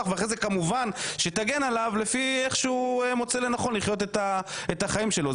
ואחר כך כמובן היא תגן עליו לפי איך שהוא מוצא לנכון לחיות את החיים שלו.